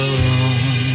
alone